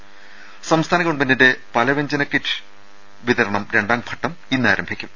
ത സംസ്ഥാന ഗവൺമെന്റിന്റെ സൌജന്യ പലവ്യഞ്ജന കിറ്റ് വിതരണം രണ്ടാം ഘട്ടം ഇന്ന് ആരംഭിക്കും